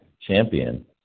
champion